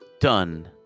done